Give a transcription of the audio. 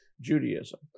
Judaism